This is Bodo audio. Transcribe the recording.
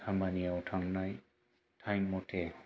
खामानियाव थांनाय टाइम मथे